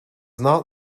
not